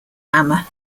hammer